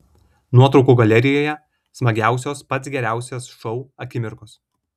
nuotraukų galerijoje smagiausios pats geriausias šou akimirkos